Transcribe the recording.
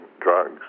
drugs